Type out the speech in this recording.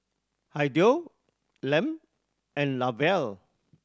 Hideo Lem and Lavelle